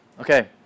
Okay